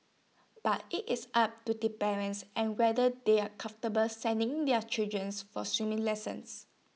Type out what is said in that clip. but IT is up to the parents and whether they are comfortable sending their children's for swimming lessons